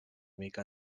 mica